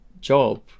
job